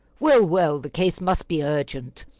well, well, the case must be urgent,